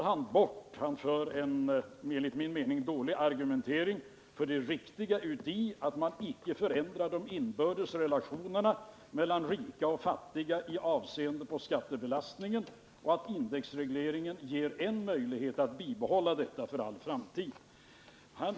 Han för en enligt min mening dålig argumentering för vikten av att man inte förändrar de inbördes relationerna mellan rika och fattiga i avseende på skattebelastningen och säger att indexregleringen ger en möjlighet att bibehålla dem för all framtid.